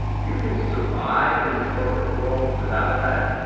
you can survive in the corporate world without that.